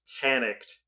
panicked